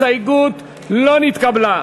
ההסתייגות של קבוצת סיעת העבודה,